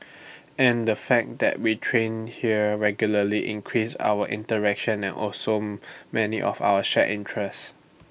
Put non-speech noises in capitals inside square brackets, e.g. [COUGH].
[NOISE] and the fact that we train here regularly increases our interaction and also many of our shared interests